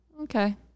Okay